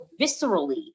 viscerally